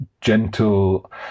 gentle